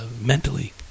mentally